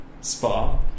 spa